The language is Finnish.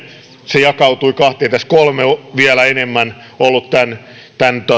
se jakautui kahtia eli kolme vielä enemmän ollut tämän tämän